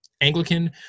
Anglican